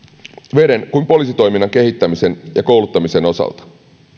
veden ja poliisitoiminnan kehittämisen ja kouluttamisen osalta